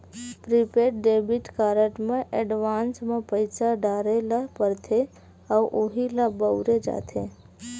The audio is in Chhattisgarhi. प्रिपेड डेबिट कारड म एडवांस म पइसा डारे ल परथे अउ उहीं ल बउरे जाथे